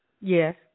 yes